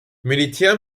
militär